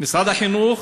משרד החינוך